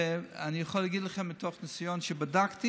ואני יכול להגיד לכם, מתוך ניסיון, שבדקתי,